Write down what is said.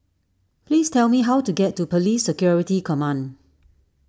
please tell me how to get to Police Security Command